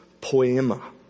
poema